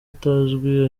utazwi